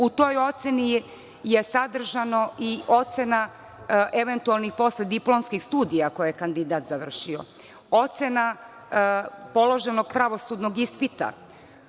u toj oceni je sadržana i ocena eventualnih postdiplomskih studija koje je kandidat završio, ocena položenog pravosudnog ispita,